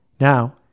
Now